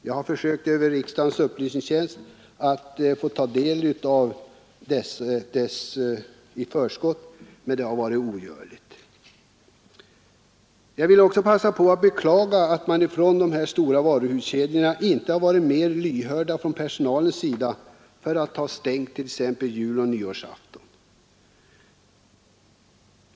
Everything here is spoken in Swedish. Jag har försökt, över riksdagens upplysningstjänst, att få ta del av dessa uppgifter i förskott men det har varit ogörligt. Jag vill också passa på att beklaga att man på de stora varuhuskedjorna inte varit mer lyhörd för personalens krav att ha stängt t.ex. juloch nyårsafton.